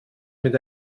mit